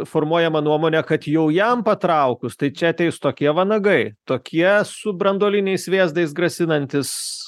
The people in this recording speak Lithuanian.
formuojama nuomonė kad jau jam patraukus tai čia ateis tokie vanagai tokie su branduoliniais vėzdais grasinantys